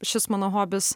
šis mano hobis